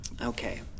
Okay